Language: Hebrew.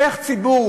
איך ציבור,